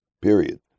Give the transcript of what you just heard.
period